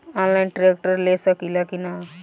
Online tractor ले सकीला कि न?